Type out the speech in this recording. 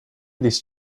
these